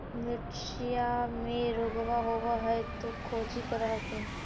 मिर्चया मे रोग्बा होब है तो कौची कर हखिन?